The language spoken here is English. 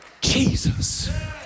Jesus